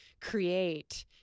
create